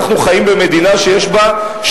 אנחנו חיים במדינה שיש בה,